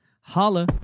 Holla